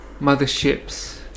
motherships